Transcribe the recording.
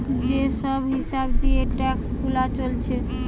যে সব হিসাব দিয়ে ট্যাক্স গুনা চলছে